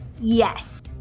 Yes